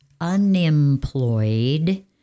unemployed